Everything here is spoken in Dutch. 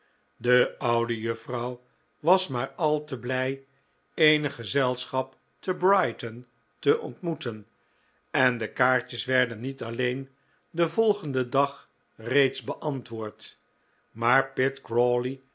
de oude juffrouw was maar al te blij eenig gezelschap te brighton te ontmoeten en de kaartjes werden niet alleen den volgenden dag reeds beantwoord maar